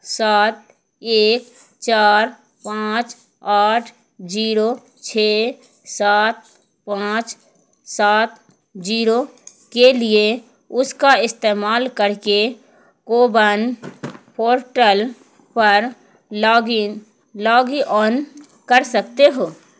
سات ایک چار پانچ آٹھ جیرو چھ سات پانچ سات جیرو کے لیے اس کا استعمال کر کے کوون پورٹل پر لاگ ان لاگ آن کر سکتے ہو